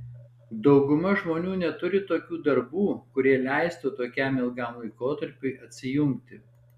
dauguma žmonių neturi tokių darbų kurie leistų tokiam ilgam laikotarpiui atsijungti